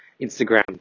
Instagram